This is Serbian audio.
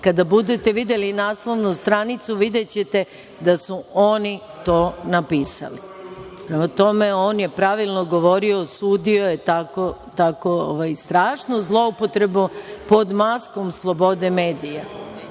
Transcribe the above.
Kada budete videli naslovnu stranicu, videćete da su oni to napisali. Prema tome, on je pravilno govorio, osudio je takvu strašnu zloupotrebu pod maskom slobode medija.